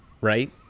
right